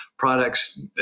products